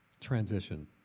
transition